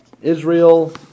Israel